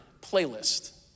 playlist